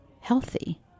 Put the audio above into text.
healthy